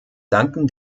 danken